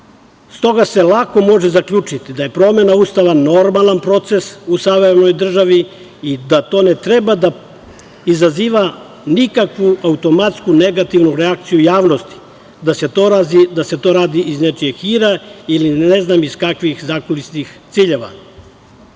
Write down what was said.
se lako može zaključiti da je promena Ustava normalan proces u savremenoj državi i da to ne treba da izaziva nikakvu automatsku negativnu reakciju javnosti, da se to radi iz nečijeg hira ili ne znam iz kakvih zakulisnih ciljeva.